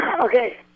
Okay